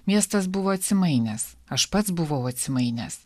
miestas buvo atsimainęs aš pats buvau atsimainęs